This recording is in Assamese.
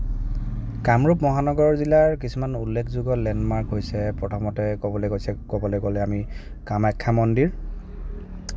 কামৰূপ মহানগৰ জিলাৰ কিছুমান উল্লেখযোগ্য লেণ্ডমাৰ্ক হৈছে প্ৰথমতে ক'বলে গৈছে ক'বলে গ'লে আমি কামাখ্যা মন্দিৰ